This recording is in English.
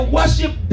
worship